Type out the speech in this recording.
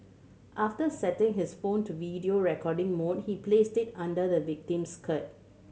after setting his phone to video recording mode he placed it under the victim's skirt